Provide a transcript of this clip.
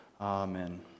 Amen